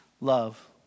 love